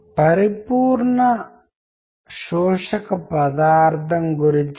కవి ఈ విషయాన్ని కనుగొన్నాడు మరియు ఇక్కడ చిత్రీకరించాడు